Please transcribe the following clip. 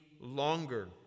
longer